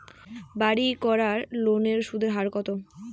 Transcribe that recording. বাড়ির করার লোনের সুদের হার কত?